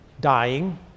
dying